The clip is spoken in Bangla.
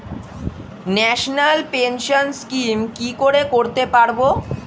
ন্যাশনাল পেনশন স্কিম কি করে করতে পারব?